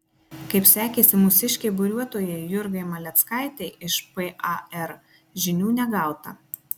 kaip sekėsi mūsiškei buriuotojai jurgai maleckaitei iš par žinių negauta